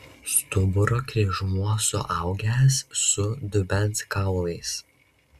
stuburo kryžmuo suaugęs su dubens kaulais